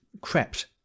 crept